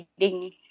reading